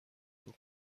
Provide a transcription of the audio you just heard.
بکن